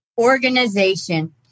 Organization